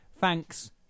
Thanks